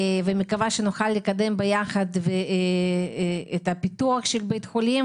אני מקווה שנוכל לקדם ביחד את הפיתוח של בית החולים